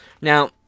Now